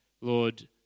Lord